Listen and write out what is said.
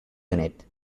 unit